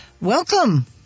Welcome